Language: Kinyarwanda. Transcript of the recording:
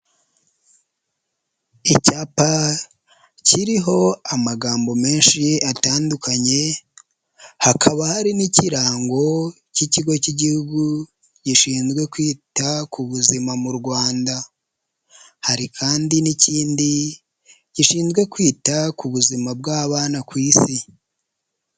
Icyapa kiriho amagambo menshi atandukanye, hakaba hari n'ikirango cy'ikigo cy'igihugu gishinzwe kwita ku buzima mu Rwanda, hari kandi n'ikindi gishinzwe kwita ku buzima bw'abana ku isi.